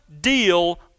deal